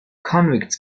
convicts